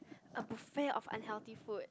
a buffet of unhealthy food